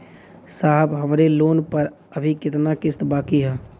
साहब हमरे लोन पर अभी कितना किस्त बाकी ह?